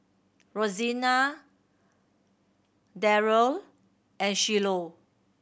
Rosena Daryle and Shiloh